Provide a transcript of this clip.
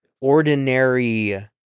ordinary